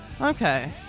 Okay